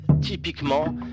typiquement